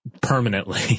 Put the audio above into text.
permanently